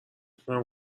میکنم